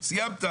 סיימת.